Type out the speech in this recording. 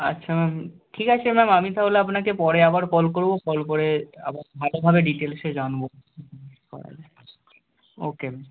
আচ্ছা ম্যাম ঠিক আছে ম্যাম আমি তাহলে আপনাকে পরে আবার কল করব কল করে আবার ভালোভাবে ডিটেলসে জানব ও কে ম্যাম